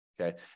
Okay